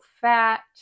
fat